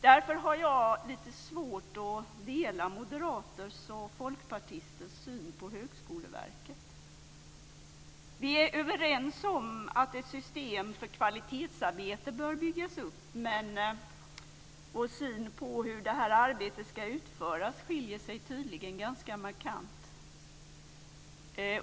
Därför har jag lite svårt att dela moderaters och folkpartisters syn på Högskoleverket. Vi är överens om att ett system för kvalitetsarbete bör byggas upp. Men vår syn på hur det arbetet ska utföras skiljer sig tydligen ganska markant.